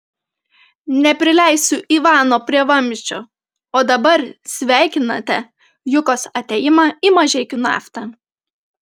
neprileisiu ivano prie vamzdžio o dabar sveikinate jukos atėjimą į mažeikių naftą